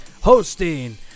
hosting